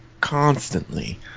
constantly